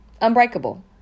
Unbreakable